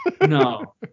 No